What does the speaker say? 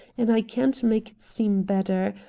and i can't make it seem better.